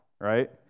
right